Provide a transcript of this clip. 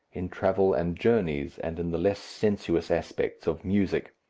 in travel and journeys and in the less sensuous aspects of music.